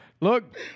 Look